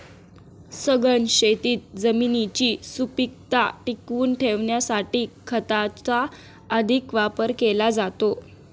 सघन शेतीत जमिनीची सुपीकता टिकवून ठेवण्यासाठी खताचा अधिक वापर केला जातो